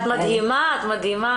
את מדהימה, את מדהימה.